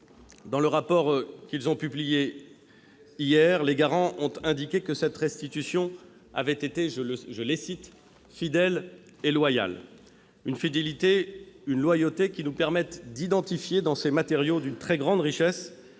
Dans le rapport qu'ils ont publié hier, les garants ont indiqué que cette restitution avait été « fidèle et loyale ». Cette fidélité et cette loyauté nous permettent d'identifier dans ces matériaux d'une très grande richesse